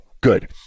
good